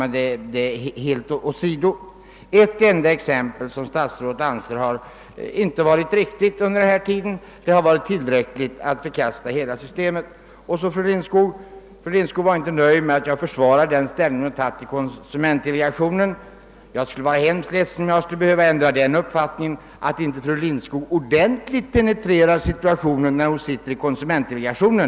Ett enda exempel på något som enligt statsrådets mening inte var riktigt har ansetts utgöra tillräcklig grund för att förkasta hela systemet. Fru Lindskog var inte nöjd med att jag försvarade den ställning hon intagit i konsumentdelegationen. Jag skulle vara mycket ledsen, om jag behövde ändra min uppfattning att fru Lindskog ordentligt penetrerar situationen när hon sitter i konsumentdelegationen.